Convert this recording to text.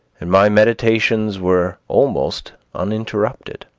and my meditations were almost uninterupted.